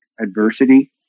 adversity